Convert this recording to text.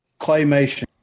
Claymation